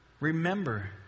Remember